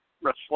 reflect